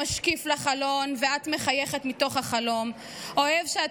משקיף לחלון / ואת מחייכת מתוך החלום / אוהב שאת